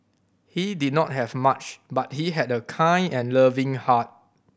he did not have much but he had a kind and loving heart